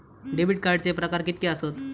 Debit कार्डचे प्रकार कीतके आसत?